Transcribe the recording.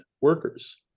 workers